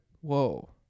Whoa